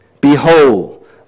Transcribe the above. Behold